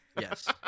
Yes